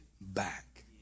back